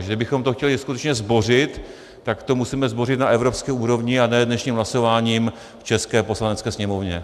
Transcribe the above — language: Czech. Takže kdybychom to chtěli skutečně zbořit, tak to musíme zbořit na evropské úrovni a ne dnešním hlasováním v české Poslanecké sněmovně.